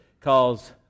calls